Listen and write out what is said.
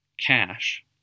cash